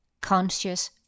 conscious